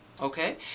Okay